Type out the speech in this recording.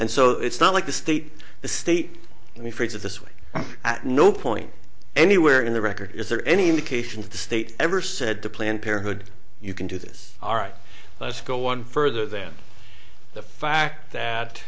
and so it's not like the state the state and we fix it this way at no point anywhere in the record is there any indication that the state ever said to planned parenthood you can do this all right let's go one further than the fact that